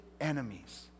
enemies